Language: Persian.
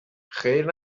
خیر